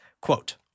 quote